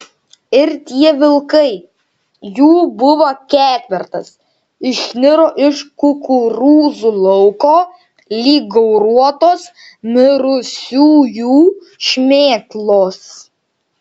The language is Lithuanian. ir tie vilkai jų buvo ketvertas išniro iš kukurūzų lauko lyg gauruotos mirusiųjų šmėklos